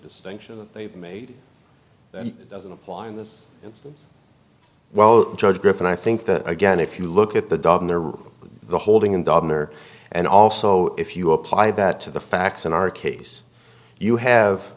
distinction that they've made and it doesn't apply in this instance well judge griffin i think that again if you look at the dog the holding in dog owner and also if you apply that to the facts in our case you have